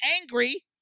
angry